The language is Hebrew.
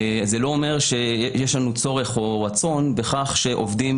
זה לא אומר שיש לנו צורך או רצון לכך שעובדים